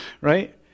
Right